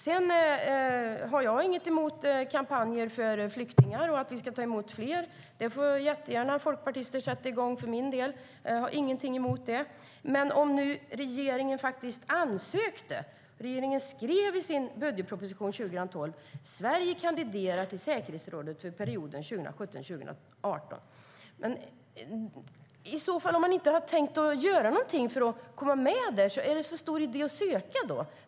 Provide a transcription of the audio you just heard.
Sedan har jag ingenting emot att man har kampanjer för flyktingar och att vi ska ta emot fler. Det får folkpartister för min del gärna sätta i gång. Jag har ingenting emot det. Men regeringen skrev faktiskt i sin budgetproposition 2012 att Sverige kandiderar till säkerhetsrådet för perioden 2017-2018. Om man inte har tänkt göra någonting för att komma med där, är det då så stor idé att ansöka?